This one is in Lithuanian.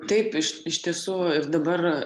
taip iš iš tiesų ir dabar